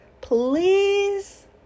please